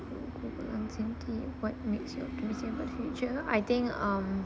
I think um